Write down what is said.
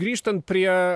grįžtant prie